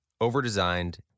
overdesigned